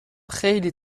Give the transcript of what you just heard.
خیلی